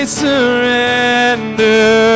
surrender